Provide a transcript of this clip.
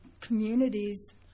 communities